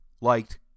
liked